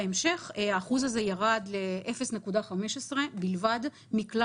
בהמשך האחוז הזה ירד ל-0.15% בלבד מכלל